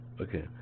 Okay